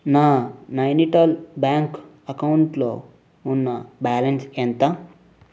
నా నైనిటాల్ బ్యాంక్ అకౌంట్లో ఉన్న బ్యాలన్స్ ఎంత